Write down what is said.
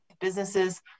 businesses